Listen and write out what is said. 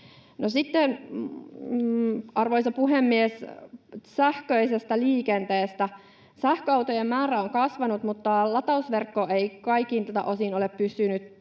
arvoisa puhemies, sähköisestä liikenteestä: Sähköautojen määrä on kasvanut, mutta latausverkko ei kaikilta osin ole pysynyt